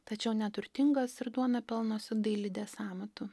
tačiau neturtingas ir duoną pelnosi dailidės amatu